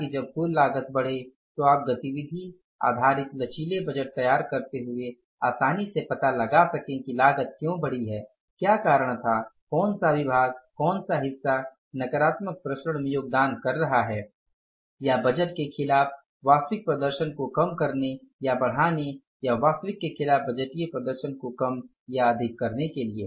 ताकि जब कुल लागत बढ़े तो आप गतिविधि आधारित लचीले बजट तैयार करते हुए आसानी से पता लगा सकें कि लागत क्यों बढ़ी है क्या कारण था कौन सा विभाग कौन सा हिस्सा नकारात्मक विचरण में योगदान कर रहा है या बजट के खिलाफ वास्तविक प्रदर्शन को कम करने या बढ़ाने या वास्तविक के खिलाफ बजटीय प्रदर्शन को कम या अधिक करने के लिए